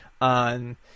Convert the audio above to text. on